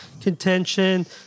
contention